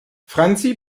franzi